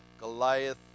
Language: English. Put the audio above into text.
Goliath